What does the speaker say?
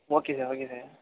okay sir okay sir